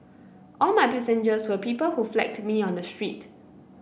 all my passengers were people who flagged me on the street